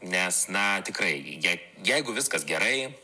nes na tikrai jei jeigu viskas gerai